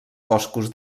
boscos